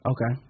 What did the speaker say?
Okay